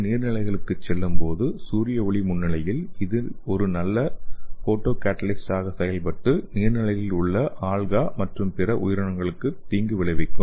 இது நீர்நிலைகளுக்குச் செல்லும்போது சூரிய ஒளி முன்னிலையில் இது ஒரு நல்ல போட்டோகேடலிஸ்ட் ஆக செயல்பட்டு நீர்நிலைகளில் உள்ள ஆல்கா மற்றும் பிற உயிரினங்களுக்கு தீங்கு விளைவிக்கும்